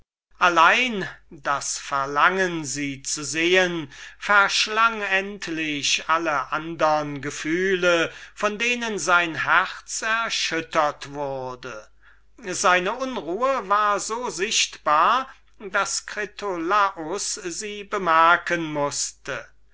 allein das verlangen sie zu sehen verschlang endlich alle andre empfindungen von denen sein herz erschüttert wurde seine unruhe war so sichtbar daß critolaus sie bemerken mußte